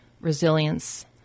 resilience